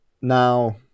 Now